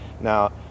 Now